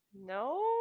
No